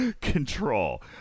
control